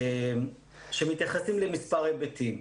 שמתייחסים למספר היבטים.